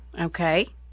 okay